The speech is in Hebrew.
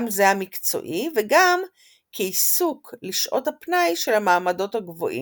גם זה המקצועי וגם כעיסוק לשעות הפנאי של המעמדות הגבוהים.